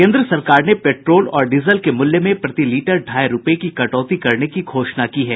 केंद्र सरकार ने पेट्रोल और डीजल के मूल्य में प्रति लीटर ढाई रुपये की कटौती करने की घोषणा की है